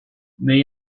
may